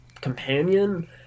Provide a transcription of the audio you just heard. companion